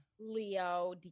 Leo